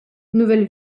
nouvelle